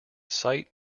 sight